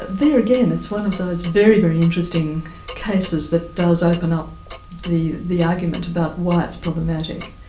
there again, it's one of those very, very interesting cases that does open up the the argument about why it's problematic,